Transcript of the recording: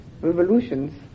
revolutions